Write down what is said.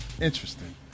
Interesting